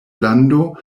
lando